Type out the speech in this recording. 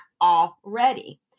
already